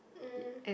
mm